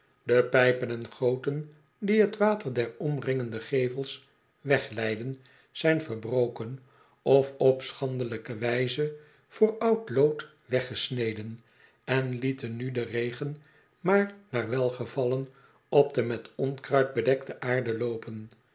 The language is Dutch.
de pijpen en goten die het water der omringende gevels wegleidden zijn verbroken of op schandelijke wijze voor oud lood weggesneden en lieten nu den regen maar naar welgevallen op de met onkruid bedekte aarde loopen